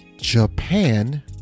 Japan